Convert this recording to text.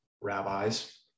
rabbis